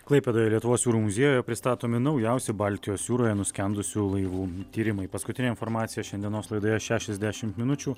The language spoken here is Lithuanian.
klaipėdoje lietuvos jūrų muziejuje pristatomi naujausi baltijos jūroje nuskendusių laivų tyrimai paskutinė informacija šiandienos laidoje šešiasdešimt minučių